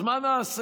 אז מה נעשה?